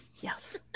yes